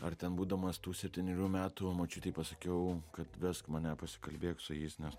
ar ten būdamas tų septynerių metų močiutei pasakiau kad vesk mane pasikalbėk su jais nes